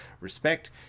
respect